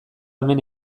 hemen